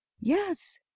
yes